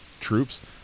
Troops